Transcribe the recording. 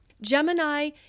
Gemini